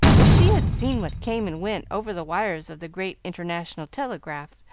if she had seen what came and went over the wires of the great international telegraph,